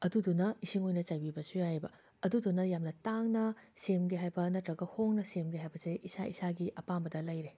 ꯑꯗꯨꯗꯨꯅ ꯏꯁꯤꯡ ꯑꯣꯏꯅ ꯆꯥꯏꯕꯤꯕꯁꯨ ꯌꯥꯏꯌꯦꯕ ꯑꯗꯨꯗꯨꯅ ꯌꯥꯝꯅ ꯇꯥꯡꯅ ꯁꯦꯝꯒꯦ ꯍꯥꯏꯕ ꯅꯠꯇ꯭ꯔꯒ ꯍꯣꯡꯅ ꯁꯦꯝꯒꯦ ꯍꯥꯏꯕꯁꯦ ꯏꯁꯥ ꯏꯁꯥꯒꯤ ꯑꯄꯥꯝꯕꯗ ꯂꯩꯔꯦ